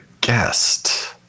guest